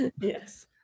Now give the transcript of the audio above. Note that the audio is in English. yes